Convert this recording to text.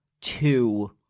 two